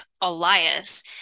Elias